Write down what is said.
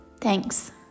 Thanks